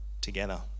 together